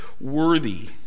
worthy